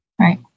Right